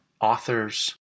authors